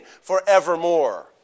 forevermore